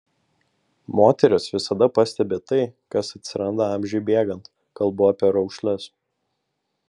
moterys visada pastebi tai kas atsiranda amžiui bėgant kalbu apie raukšles